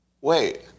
Wait